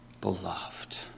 beloved